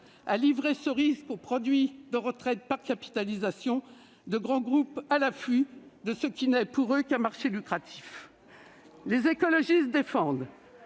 à livrer ce risque aux produits de retraite par capitalisation de grands groupes à l'affût de ce qui n'est, pour eux, qu'un marché lucratif. Les écologistes défendent